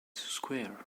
square